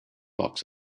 box